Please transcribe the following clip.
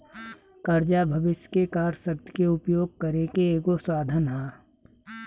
कर्जा भविष्य के कार्य शक्ति के उपयोग करे के एगो साधन ह